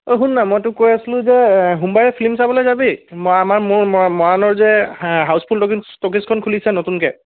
ঐ শুন না মই তোক কৈ আছিলোঁ যে সোমবাৰে ফিল্ম চাবলৈ যাবি ম আমাৰ মোৰ মৰাণৰ যে হাউচফুল লগ ইন ষ্টপেজখন খুলিছে নতুনকৈ